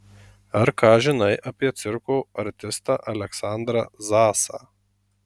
ar ką žinai apie cirko artistą aleksandrą zasą